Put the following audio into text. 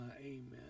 amen